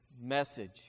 message